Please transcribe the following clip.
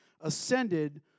ascended